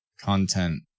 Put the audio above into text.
content